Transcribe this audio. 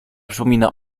przypomina